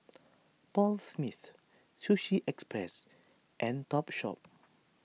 Paul Smith Sushi Express and Topshop